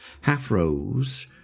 half-rose